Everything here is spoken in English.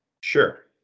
Sure